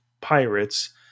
pirates